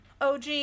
OG